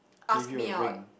give you a ring